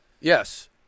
Yes